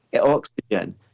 oxygen